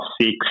six